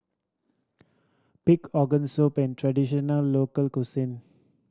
pig organ soup an traditional local cuisine